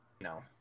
No